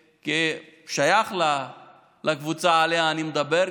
כשייך לקבוצה שעליה אני מדבר,